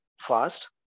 fast